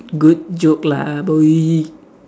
good joke lah boy